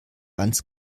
ans